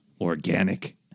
organic